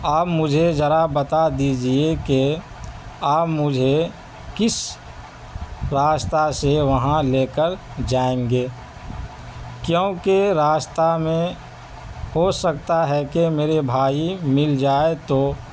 آپ مجھے ذرا بتا دیجیے کہ آپ مجھے کِس راستہ سے وہاں لے کر جائیں گے کیونکہ راستہ میں ہو سکتا ہے کہ میرے بھائی مِل جائے تو